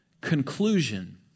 conclusion